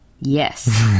Yes